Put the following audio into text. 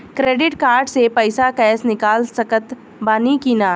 Credit card से पईसा cash निकाल सकत बानी की ना?